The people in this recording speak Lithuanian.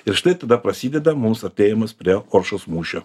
ir štai tada prasideda mums artėjimas prie oršos mūšio